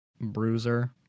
bruiser